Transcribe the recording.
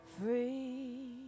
free